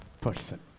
person